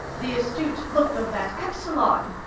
the astute look of that epsilon!